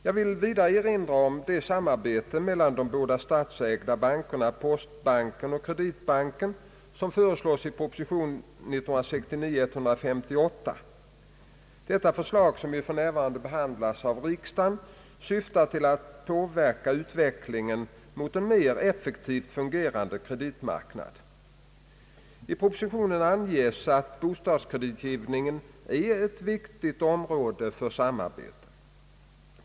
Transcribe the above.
Jag vill vidare erinra om det samarbete mellan de båda statsägda bankerna postbanken och Kreditbanken som föreslås i proposition 1969:158. Detta förslag, som för närvarande behandlas av riksdagen, syftar till att påverka utvecklingen mot en mera effektivt fungerande kreditmarknad. I propositionen anges att bostadskreditgivningen är ett viktigt område för samarbetet.